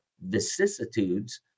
vicissitudes